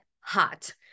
hot